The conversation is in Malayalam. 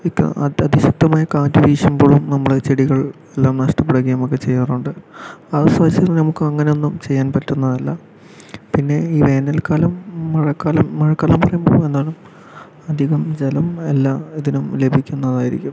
ഇപ്പോ അതിശക്തമായ കാറ്റ് വീശുമ്പോഴും നമ്മളെ ഈ ചെടികൾ എല്ലാം നഷ്ടപ്പെടുകയും ഒക്കെ ചെയ്യാറുണ്ട് അങ്ങനെയൊന്നും ചെയ്യാൻ പറ്റുന്നതല്ല പിന്നെ ഈ വേനൽക്കാലം മഴക്കാലം മഴക്കാലം വരുമ്പോ എന്താണ് അധികം ജലം എല്ലാം ഇതിനും ലഭിക്കുന്നതായിരിക്കും